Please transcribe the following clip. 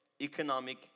economic